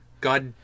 God